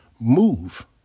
move